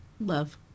love